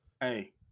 Hey